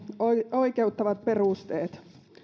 oikeuttavat perusteet